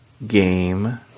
Game